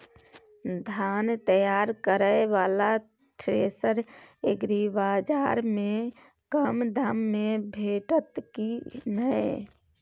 धान तैयार करय वाला थ्रेसर एग्रीबाजार में कम दाम में भेटत की नय?